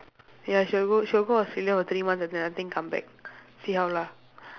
ya she will go she will go australia for three months I think then nothing come back see how lah